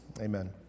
Amen